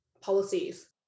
policies